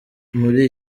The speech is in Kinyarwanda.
muri